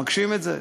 מגשים את זה,